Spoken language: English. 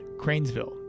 Cranesville